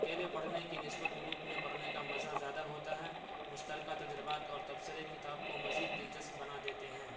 اکیلے پڑھنے کی نسبت گروپ میں پڑھنے کا مزا زیادہ ہوتا ہے مشترکہ تجربات اور تبصرے کتاب کو مزید دلچسپ بنا دیتے ہیں